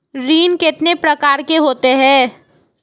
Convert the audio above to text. ऋण कितने प्रकार के होते हैं?